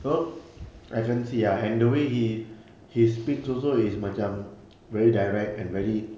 so I can see ah and the way he speaks also is macam very direct and very